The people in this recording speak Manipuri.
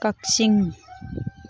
ꯀꯛꯆꯤꯡ